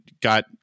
got